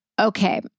Okay